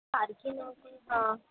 आणखीन